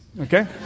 Okay